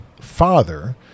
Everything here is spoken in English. father